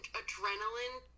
adrenaline